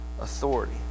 authority